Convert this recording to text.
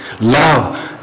Love